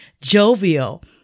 jovial